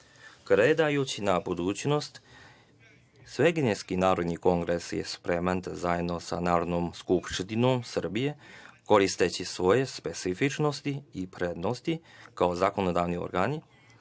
Gledajući na budućnost, Svekineski narodni kongres je spreman da zajedno sa Narodnom skupštinom Srbije, koristeći svoje specifičnosti i prednosti kao zakonodavni organi,